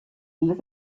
lit